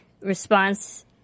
response